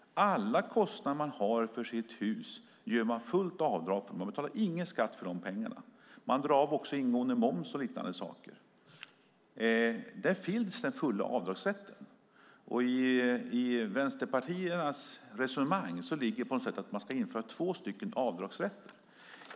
Alla kostnader man har för sitt hus gör man fullt avdrag för. Man betalar ingen skatt för de pengarna. Man drar också av ingående moms och liknande saker. Det finns en full avdragsrätt. I vänsterpartiernas resonemang ligger på något sätt att man ska införa två avdragsrätter.